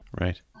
Right